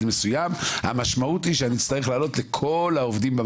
מסוים המשמעות היא שאצטרך להעלות שכר לכל העובדים.